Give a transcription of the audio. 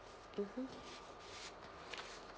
mmhmm